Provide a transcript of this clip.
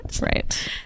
right